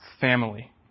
family